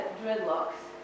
dreadlocks